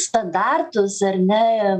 standartus ar ne